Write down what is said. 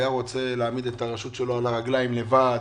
הוא היה רוצה להעמיד את הרשות שלו על הרגליים לבד.